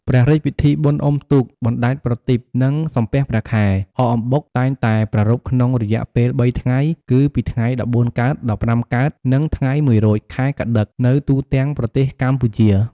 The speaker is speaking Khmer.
ព្រះរាជពិធីបុណ្យអ៊ំុទូក បណ្តែតប្រទីប និងសំពះព្រះខែ អកអំបុក តែងតែប្រារព្ធក្នុងរយៈពេល៣ថ្ងៃ គឺពីថ្ងៃ១៤កើត ១៥កើត និងថ្ងៃ១រោច ខែកត្តិក នៅទូទាំងប្រទេសកម្ពុជា។